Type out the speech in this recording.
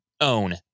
own